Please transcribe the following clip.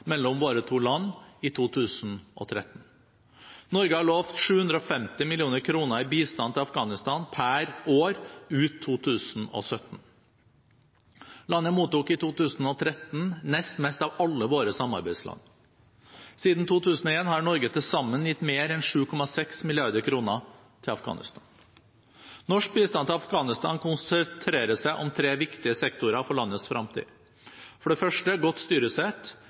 mellom våre to land i 2013. Norge har lovet 750 mill. kr i bistand til Afghanistan per år ut 2017. Landet mottok i 2013 nest mest av alle våre samarbeidsland. Siden 2001 har Norge til sammen gitt mer enn 7,6 mrd. kr til Afghanistan. Norsk bistand til Afghanistan konsentrerer seg om tre viktige sektorer for landets fremtid, for det første godt styresett,